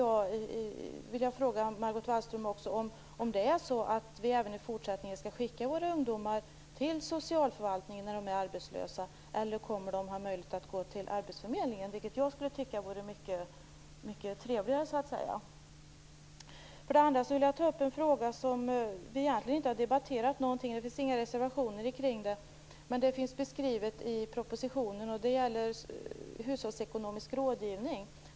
Jag vill också fråga Margot Wallström om vi även i fortsättningen skall skicka våra arbetslösa ungdomar till socialförvaltningen eller om de kommer att ha möjlighet att gå till arbetsförmedlingen, vilket jag skulle tycka vore mycket trevligare. Jag vill också ta upp en fråga som vi egentligen inte har debatterat. Det finns inga reservationer i frågan, men den finns beskriven i propositionen. Det gäller hushållsekonomisk rådgivning.